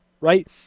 right